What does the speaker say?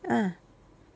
ah